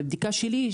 מבדיקה שלי,